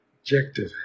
objective